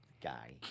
guy